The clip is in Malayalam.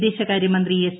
വിദേശകാരൃ മന്ത്രി എസ്